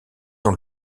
ont